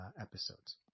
episodes